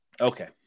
Okay